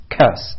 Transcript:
cursed